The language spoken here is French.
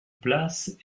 places